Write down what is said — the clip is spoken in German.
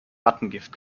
rattengift